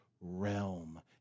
realm